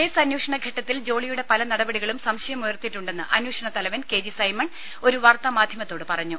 case അന്വേഷണ ഘട്ടത്തിൽ ജോളിയുടെ പല നടപടികളും സംശയമുയർത്തിയിട്ടുണ്ടെന്ന് അന്വേഷണ തലവൻ കെ ജി സൈമൺ ഒരു വാർത്താ മാധ്യമത്തോട് പറഞ്ഞു